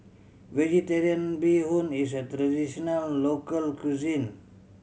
Vegetarian Bee Hoon is a traditional local cuisine